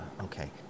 Okay